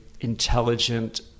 intelligent